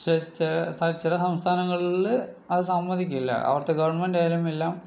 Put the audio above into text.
ചെ ചില സംസ്ഥാനങ്ങളില് അത് സമ്മതിക്കില്ല അവിടുത്തെ ഗവണ്മെന്റ് ആയാലും എല്ലാം